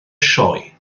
sioe